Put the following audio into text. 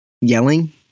yelling